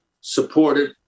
supported